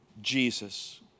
Jesus